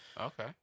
Okay